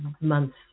months